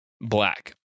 Black